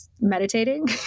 meditating